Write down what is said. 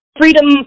Freedom